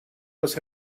los